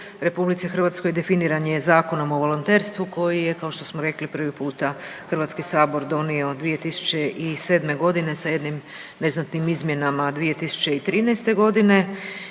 volontiranja u RH definiran je Zakonom o volonterstvu koji je kao što smo rekli prvi puta Hrvatski sabor donio 2007. godine sa jednim neznatnim izmjenama 2013. godine